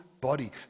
body